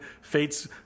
Fates